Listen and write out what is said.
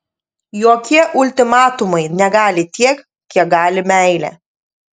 jokie ultimatumai negali tiek kiek gali meilė